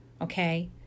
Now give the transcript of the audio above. Okay